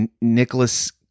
Nicholas